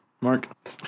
Mark